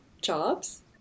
jobs